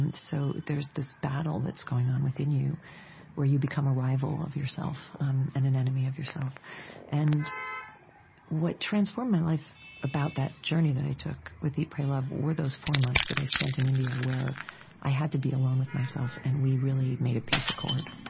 and so there's this battle that's going on within you where you become a rival of yourself um and an enemy of yourself and what transformed my life about that journey that i took with eat pray love were those four months that i spent in india where i had to be alone with myself, and we really made a peace accord.